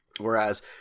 Whereas